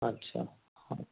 अच्छा